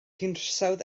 hinsawdd